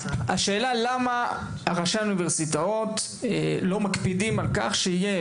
השאלה למה ראשי האוניברסיטאות לא מקפידים על כך שיהיה,